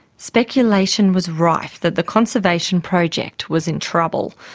speculation was rife that the conservation project was in trouble.